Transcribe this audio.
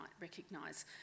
recognise